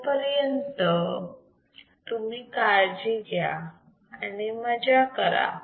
तोपर्यंत तुम्ही काळजी घ्या आणि मजा करा